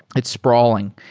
it's spraw ling,